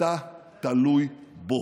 אתה תלוי בו.